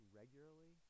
regularly